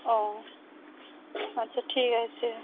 ও আচ্ছা ঠিক আছে